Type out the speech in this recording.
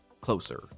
closer